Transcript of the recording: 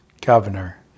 governor